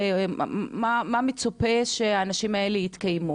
ממה מצופה שהאנשים האלה יתקיימו?